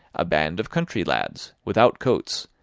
a band of country lads, without coats,